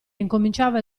incominciava